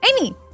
Amy